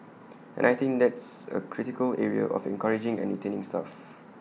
and I think that's A critical area of encouraging and retaining staff